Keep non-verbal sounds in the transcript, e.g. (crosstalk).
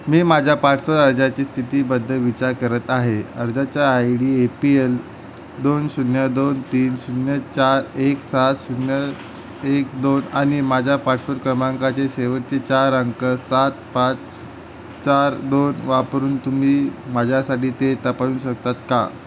मी माझ्या (unintelligible) अर्जाची स्थितीबद्दल विचार करत आहे अर्जाचा I D A P L दोन शून्य दोन तीन शून्य चार एक सात शून्य एक दोन आणि माझ्या पासपोट क्रमांकाचे शेवटचे चार अंक सात पाच चार दोन वापरून तुम्ही माझ्यासाठी ते तपासू शकतात का